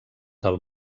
del